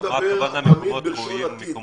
אתה מדבר בלשון עתיד אבל